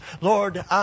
Lord